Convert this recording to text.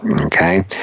okay